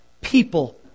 people